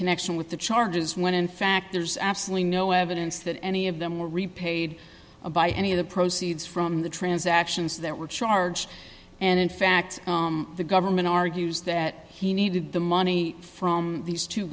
connection with the charges when in fact there's absolutely no evidence that any of them were repaid by any of the proceeds from the transactions that were charged and in fact the government argues that he needed the money from these two